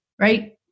right